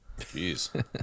Jeez